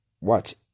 Watch